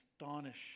astonish